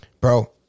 bro